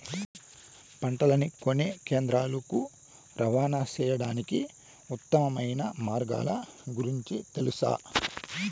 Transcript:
పంటలని కొనే కేంద్రాలు కు రవాణా సేయడానికి ఉత్తమమైన మార్గాల గురించి తెలుసా?